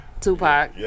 Tupac